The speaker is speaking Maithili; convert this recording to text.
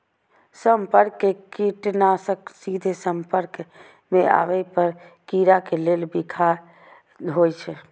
संपर्क कीटनाशक सीधे संपर्क मे आबै पर कीड़ा के लेल बिखाह होइ छै